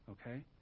Okay